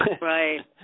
right